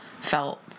felt